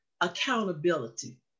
accountability